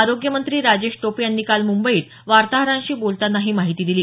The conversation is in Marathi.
आरोग्यमंत्री राजेश टोपे यांनी काल मुंबईत वार्ताहरांशी बोलताना ही माहिती दिली